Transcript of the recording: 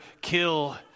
kill